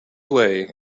way